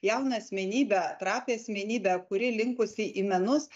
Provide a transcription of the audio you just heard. jauną asmenybę trapią asmenybę kuri linkusi į menus